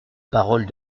parole